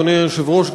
אדוני היושב-ראש,